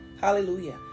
Hallelujah